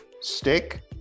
Stick